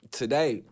today